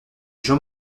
jean